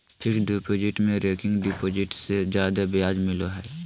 fixed deposit में recurring deposit से जादे ब्याज मिलो हय